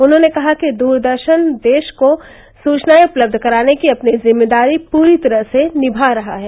उन्होंने कहा कि दूरदर्शन देश को सूचनाए उपलब्ध कराने की अपनी जिम्मेदारी पूरी तरह से निभा रहा है